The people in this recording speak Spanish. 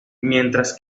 mientras